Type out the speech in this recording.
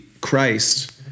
Christ